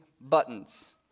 buttons